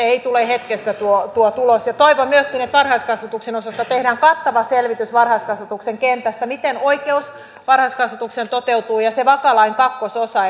ei tule hetkessä toivon myöskin että varhaiskasvatuksen osasta tehdään kattava selvitys varhaiskasvatuksen kentästä miten oikeus varhaiskasvatukseen toteutuu ja se vaka lain kakkososa